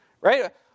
Right